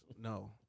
No